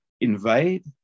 invade